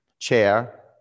chair